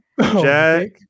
Jack